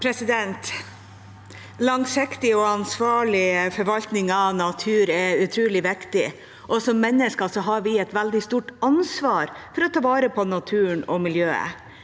Langsiktig og ansvar- lig forvaltning av natur er utrolig viktig, og som mennesker har vi et veldig stort ansvar for å ta vare på naturen og miljøet.